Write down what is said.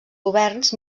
governs